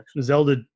Zelda